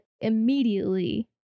immediately